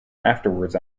afterwards